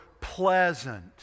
pleasant